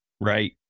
Right